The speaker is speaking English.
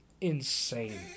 insane